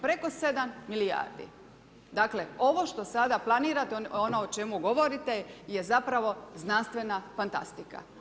Preko 7 milijardi, dakle ovo što sada planirate ono o čemu govorite je zapravo znanstvena fantastika.